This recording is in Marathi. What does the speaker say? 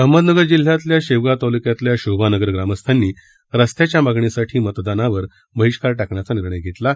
अहमदनगर जिल्ह्यातल्या शेवगाव तालुक्यातल्या शोभानगर ग्रामस्थांनी रस्त्याच्या मागणीसाठी मतदानावर बहिष्काराचा निर्णय घेतला आहे